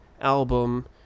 album